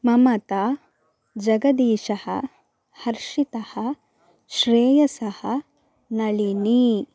ममता जगदीशः हर्षितः श्रेयसः नळिनी